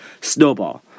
Snowball